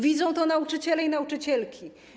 Widzą to nauczyciele i nauczycielki.